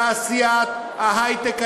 תעשיית ההיי-טק הישראלית,